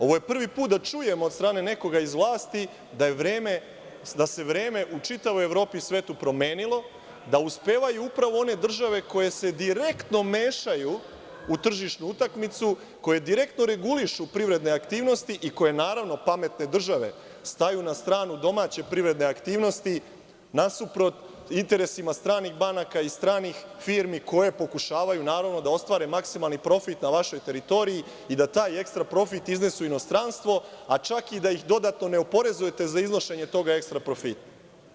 Ovo je prvi put da čujem od strane nekoga iz vlasti da se vreme u čitavoj Evropi i svetu promenilo, da uspevaju upravo one države koje se direktno mešaju u tržišnu utakmicu, koje direktno regulišu privredne aktivnosti i koje, naravno pametne države, staju na stranu domaće privredne aktivnosti nasuprot interesima stranih banaka i stranih firmi koje pokušavaju da ostvare maksimalni profit na vašoj teritoriji i da taj ekstra profit iznesu u inostranstvo, a čak i da ih dodatno ne oporezujete za iznošenje tog ekstra profita.